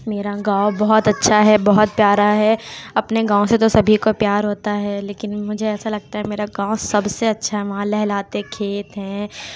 میرا گاؤں بہت اچھا ہے بہت پیارا ہے اپنے گاؤں سے تو سبھی کو پیار ہوتا ہے لیکن مجھے ایسا لگتا ہے میرا گاؤں سب سے اچھا ہے وہاں لہلہاتے کھیت ہیں